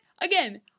again